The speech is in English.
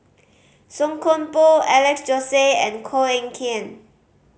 Song Koon Poh Alex Josey and Koh Eng Kian